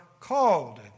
Called